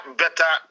better